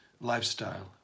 lifestyle